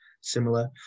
similar